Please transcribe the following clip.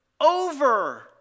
over